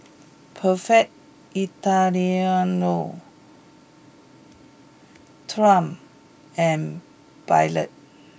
perfect Italiano triumph and pilot